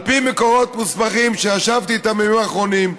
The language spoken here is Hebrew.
על פי מקורות מוסמכים שישבתי איתם בימים האחרונים,